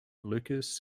lucas